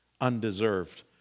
undeserved